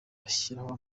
bashyiraho